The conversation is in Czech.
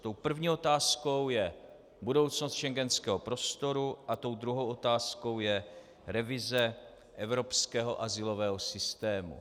Tou první otázkou je budoucnost schengenského prostoru a tou druhou otázkou je revize evropského azylového systému.